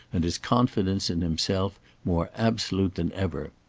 and his confidence in himself more absolute than ever.